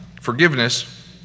forgiveness